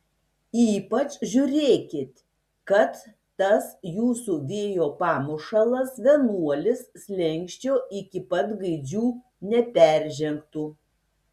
ypač žiūrėkit kad tas jūsų vėjo pamušalas vienuolis slenksčio iki pat gaidžių neperžengtų